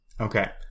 Okay